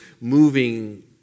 moving